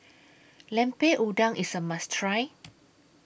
Lemper Udang IS A must Try